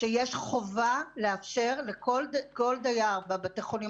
שיש חובה לאפשר לכל דייר בבתי החולים